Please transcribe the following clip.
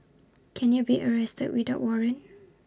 can you be arrested without A warrant